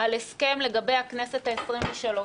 על הסכם לגבי הכנסת העשרים-ושלוש,